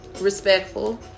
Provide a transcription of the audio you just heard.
Respectful